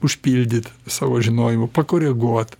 užpildyt savo žinojimu pakoreguot